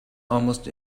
almost